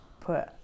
put